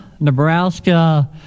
Nebraska